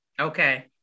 Okay